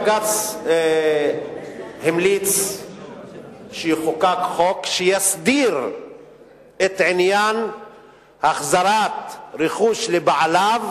בג"ץ המליץ שיחוקק חוק שיסדיר את עניין החזרת רכוש לבעליו,